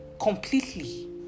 completely